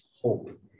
hope